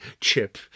chip